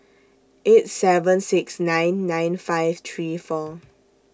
eight seven six nine nine five three four